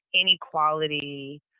inequality